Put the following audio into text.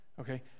Okay